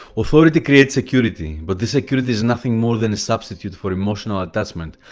authority creates security, but this security is nothing more than a substitute for emotional attachment,